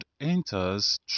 enters